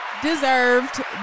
deserved